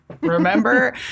Remember